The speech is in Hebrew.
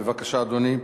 בבקשה, אדוני.